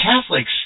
Catholics